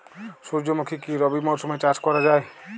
সুর্যমুখী কি রবি মরশুমে চাষ করা যায়?